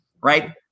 right